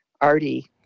arty